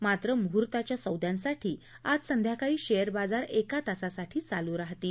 मात्र मुहूर्ताच्या सौद्यांसाठी आज संध्याकाळी शेअर बाजार एका तासासाठी चालू राहतील